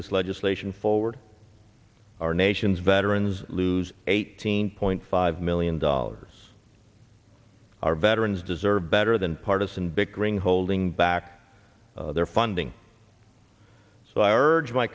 this legislation forward our nation's veterans lose eighteen point five million dollars our veterans deserve better than partisan bickering holding back their funding so i